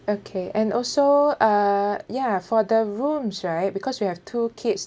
okay and also uh ya for the rooms right because we have two kids